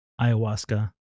ayahuasca